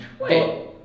Wait